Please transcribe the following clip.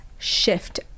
shift